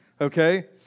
Okay